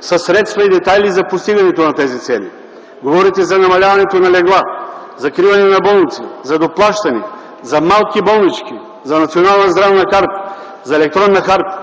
със средства и детайли за постигането на тези цели. Говорите за намаляването на легла, закриване на болници, за доплащане, за малки болнички, за национална здравна карта,